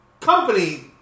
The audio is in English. company